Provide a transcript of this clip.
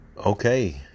Okay